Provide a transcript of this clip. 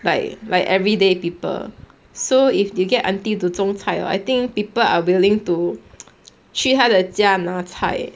like everyday people so if you get auntie to 种菜 I think people are willing to 去他的家拿菜